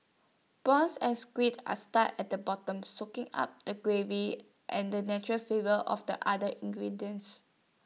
prawns and squid are stuck in the bottom soaking up the gravy and the natural favour of the other ingredients